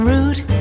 Route